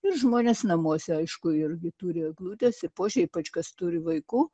ir žmonės namuose aišku irgi turi eglutes ir puošia ypač kas turi vaikų